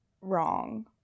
wrong